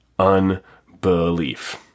unbelief